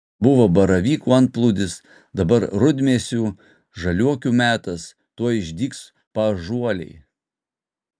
buvo baravykų antplūdis dabar rudmėsių žaliuokių metas tuoj išdygs paąžuoliai